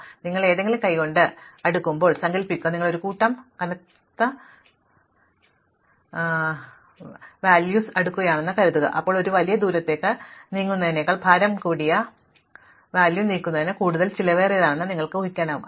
അതിനാൽ നിങ്ങൾ എന്തെങ്കിലും കൈകൊണ്ട് അടുക്കുമ്പോൾ സങ്കൽപ്പിക്കുക നിങ്ങൾ ഒരു കൂട്ടം കനത്ത കാർട്ടൂണുകൾ അടുക്കുകയാണെന്ന് കരുതുക അപ്പോൾ ഒരു വലിയ ദൂരത്തേക്ക് നീങ്ങുന്നതിനേക്കാൾ ഭാരം കൂടിയ കാർട്ടൂൺ നീക്കുന്നത് കൂടുതൽ ചെലവേറിയതാണെന്ന് നിങ്ങൾക്ക് ഊഹിക്കാനാകും